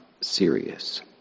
serious